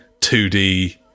2D